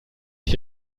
die